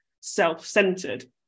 self-centered